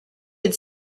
had